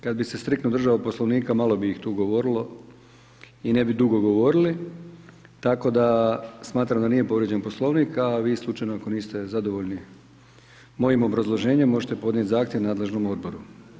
Kad bih se striktno držao Poslovnika malo bi ih tu govorilo i ne bi dugo govorili, tako da smatram da nije povrijeđen Poslovnik a vi slučajno ako niste zadovoljni mojim obrazloženjem možete podnijeti zahtjev nadležnom odboru.